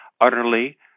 utterly